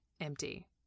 empty